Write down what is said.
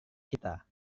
kita